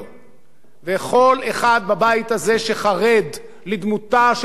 וכל אחד בבית הזה שחרד לדמותה של מדינת ישראל,